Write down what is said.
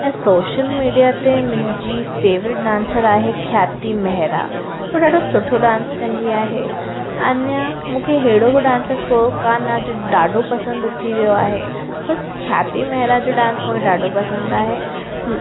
ऐं social media ते मुंहिंजी फ़ेवरेट डांसर आहे ख्याती मेहरा हूअ ॾाढो सुठो डांस कंदी आहे अञा मूंखे अहिड़ी बि डांसर को कान आहे जो ॾाढो पसंदि अची वियो आहे बसि ख्याती मेहरा जो डांस मूंखे ॾाढो पसंदि आहे